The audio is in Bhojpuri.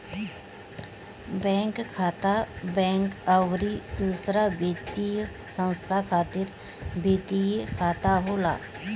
बैंक खाता, बैंक अउरी दूसर वित्तीय संस्था खातिर वित्तीय खाता होला